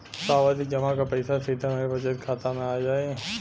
सावधि जमा क पैसा सीधे हमरे बचत खाता मे आ जाई?